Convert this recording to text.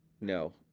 No